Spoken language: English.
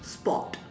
sport